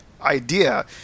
idea